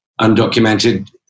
undocumented